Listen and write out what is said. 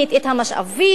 את המשאבים?